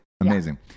Amazing